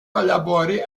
collaboré